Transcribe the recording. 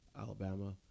alabama